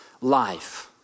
life